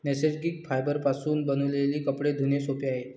नैसर्गिक फायबरपासून बनविलेले कपडे धुणे सोपे आहे